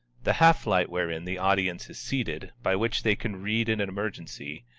the half-light wherein the audience is seated, by which they can read in an emergency,